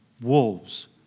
wolves